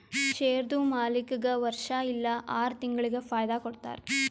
ಶೇರ್ದು ಮಾಲೀಕ್ಗಾ ವರ್ಷಾ ಇಲ್ಲಾ ಆರ ತಿಂಗುಳಿಗ ಫೈದಾ ಕೊಡ್ತಾರ್